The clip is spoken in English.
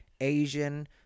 asian